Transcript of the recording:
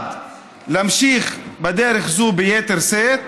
להמשיך בדרך זו ביתר שאת,